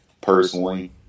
personally